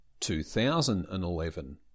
2011